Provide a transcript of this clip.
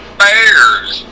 bears